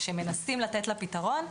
שמנסים לתת לה פתרון,